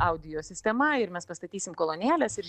audio sistema ir mes pastatysim kolonėles ir